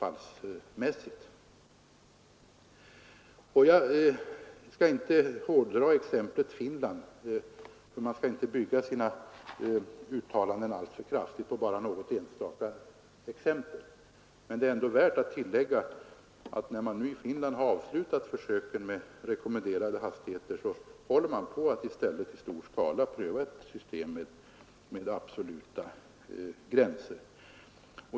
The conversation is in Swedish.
Jag skall inte hårdra exemplet från Finland, därför att man skall inte alltför kraftigt bygga sina uttalanden enbart på något enstaka exempel. Men det är värt att tillägga, att man i Finland efter avslutade försök med rekommenderade hastigheter nu håller på att i stor skala pröva ett system med absoluta gränser.